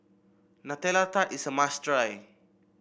Nutella Tart is a must try